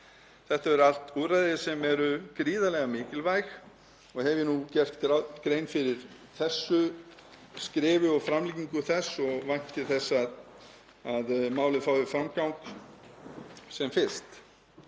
Þetta eru allt úrræði sem eru gríðarlega mikilvæg. Hef ég nú gert grein fyrir þessu skrefi og framlagningu þess og vænti þess að málið fái framgang sem fyrst.